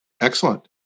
Excellent